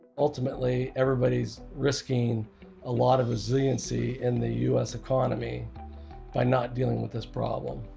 ultimately, everybody's risking a lot of resiliency in the us economy by not dealing with this problem.